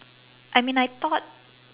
I mean I thought